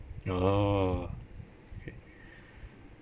oh okay